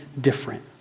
different